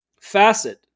facet